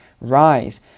rise